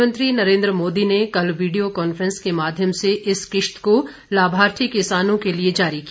प्रधानमंत्री नरेन्द्र मोदी ने कल वीडियो कॉन्फ्रेंस के माध्यम से इस किश्त को लाभार्थी किसानों के लिए जारी किया